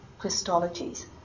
Christologies